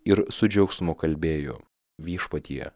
ir su džiaugsmu kalbėjo viešpatie